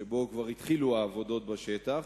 שבו כבר התחילו העבודות בשטח.